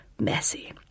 Messy